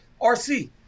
rc